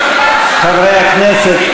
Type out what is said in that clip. אין לך מושג, חברי הכנסת,